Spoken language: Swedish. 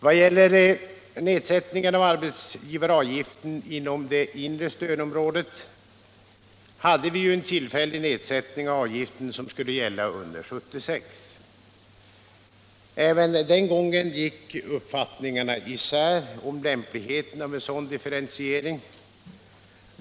Vad gäller nedsättningen av arbetsgivaravgiften inom det inre stödområdet infördes ju en tillfällig nedsättning av avgiften, som skulle gälla under 1976. Även den gången gick uppfattningarna om lämpligheten av en sådan differentiering isär.